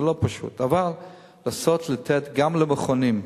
זה לא פשוט, לנסות לתת גם למכונים.